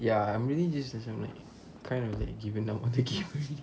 ya I'm really just like kind of like given up on the game already